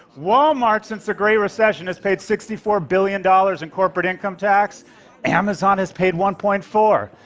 walmart, since the great recession, has paid sixty four billion dollars in corporate income tax amazon has paid one point four.